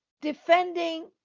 defending